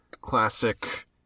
Classic